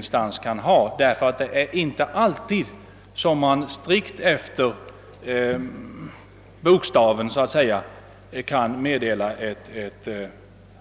Det är nämligen inte alltid man strikt efter bokstaven kan meddela ett